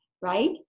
right